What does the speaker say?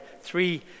three